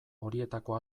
horietako